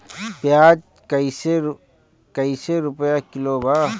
प्याज कइसे रुपया किलो बा?